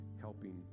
helping